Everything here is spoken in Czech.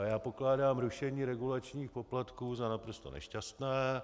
Já pokládám rušení regulačních poplatků za naprosto nešťastné.